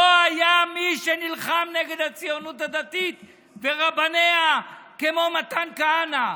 לא היה מי שנלחם נגד הציונות הדתית ורבניה כמו מתן כהנא.